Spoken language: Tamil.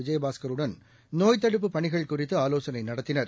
விஜயபாஸ்கருடன் நோய்த் தடுப்புப் பணிகள் குறித்துஆவோசனைநடத்தினர்